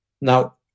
now